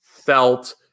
felt